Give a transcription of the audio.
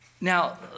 Now